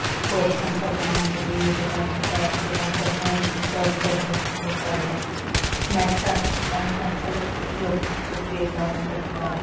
question खबर ना जाल्या युट्यूबाचेर टायप करून कशें सॉल्व करपाचें तें कळटा मॅत्साक आमकां खूब योप उपेगाक पडटा